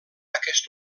aquest